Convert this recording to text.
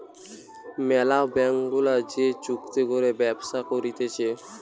ম্যালা ব্যাঙ্ক গুলা যে চুক্তি করে ব্যবসা করতিছে